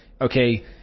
okay